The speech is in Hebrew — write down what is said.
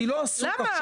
אני לא עסוק עכשיו